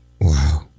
Wow